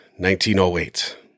1908